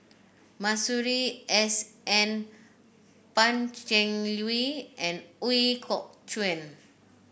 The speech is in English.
Masuri S N Pan Cheng Lui and Ooi Kok Chuen